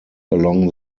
along